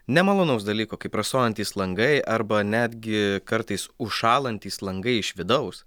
nemalonaus dalyko kaip rasojantys langai arba netgi kartais užšąlantys langai iš vidaus